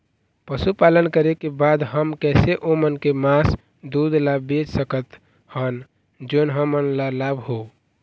पशुपालन करें के बाद हम कैसे ओमन के मास, दूध ला बेच सकत हन जोन हमन ला लाभ हो?